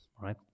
right